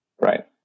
right